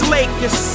Lakers